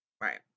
Right